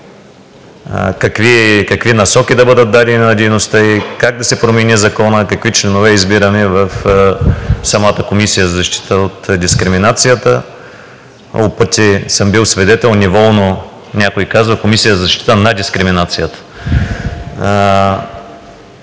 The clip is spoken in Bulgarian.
какви насоки да бъдат дадени на дейността ѝ, как да се промени Законът, какви членове избираме в самата комисия за защита от дискриминация. Много пъти съм бил свидетел как някой неволно казва: защита на дискриминацията.